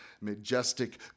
majestic